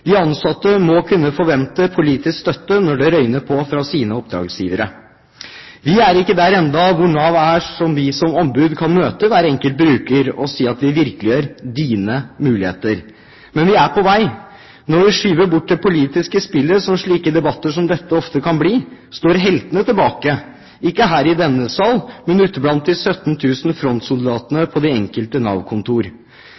Vi er ikke der enda at Nav som ombud kan møte hver enkelt bruker og si at «vi virkeliggjør dine muligheter». Men vi er på vei. Når vi skyver bort det politiske spillet som slike debatter som dette ofte kan bli, står heltene tilbake – ikke her i denne sal, men ute blant de